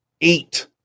eight